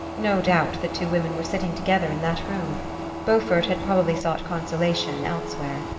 no doubt the two women were sitting together in that room beaufort had probably sought consolation elsewhere.